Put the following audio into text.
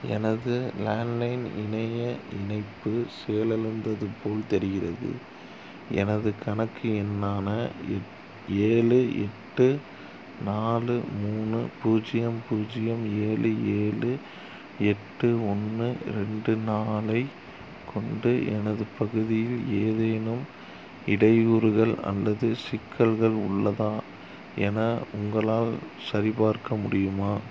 எனது landline இணைய இணைப்பு செயலிழந்தது போல் தெரிகிறது எனது கணக்கு எண்ணான எ ஏழு எட்டு நாலு மூணு பூஜ்ஜியம் பூஜ்ஜியம் ஏழு ஏழு எட்டு ஒன்று ரெண்டு நாலை கொண்டு எனது பகுதியில் ஏதேனும் இடையூறுகள் அல்லது சிக்கல்கள் உள்ளதா என உங்களால் சரிபார்க்க முடியுமா